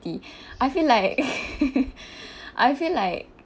I feel like I feel like